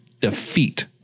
defeat